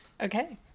Okay